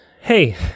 hey